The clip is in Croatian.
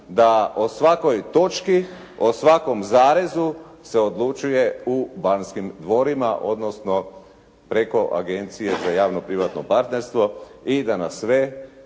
da o svakoj točki, o svakom zarezu se odlučuje u Banskim dvorima, odnosno preko Agencije za javno-privatno partnerstvo i da na sve